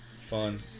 fun